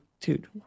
dude